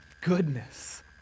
goodness